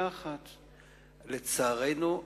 לצערנו,